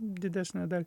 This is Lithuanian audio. didesnę dalį